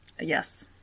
Yes